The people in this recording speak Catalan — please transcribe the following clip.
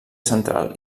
central